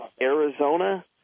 Arizona